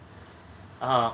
(uh huh)